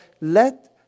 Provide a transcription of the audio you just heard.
let